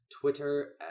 Twitter